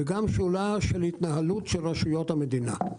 זו גם שאלה של התנהלות של רשויות המדינה.